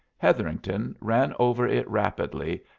hetherington ran over it rapidly,